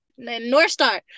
Northstar